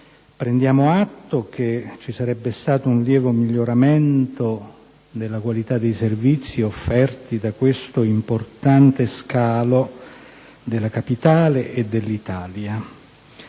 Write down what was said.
Prendiamo atto che vi sarebbe stato un lieve miglioramento della qualità dei servizi offerti da questo importante scalo non solo della capitale ma dell'intero